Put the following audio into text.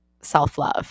self-love